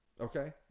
Okay